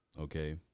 Okay